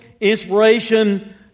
inspiration